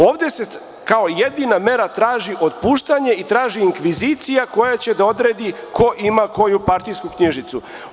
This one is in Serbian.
Ovde se kao jedina mera traži otpuštanje i traži inkvizicija koja će da odredi ko ima koju partijsku knjižicu.